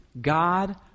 God